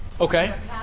Okay